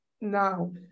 Now